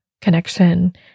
connection